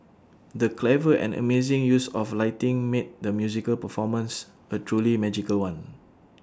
the clever and amazing use of lighting made the musical performance A truly magical one